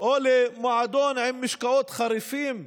או למועדון עם משקאות חריפים?